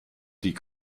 die